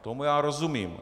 Tomu já rozumím.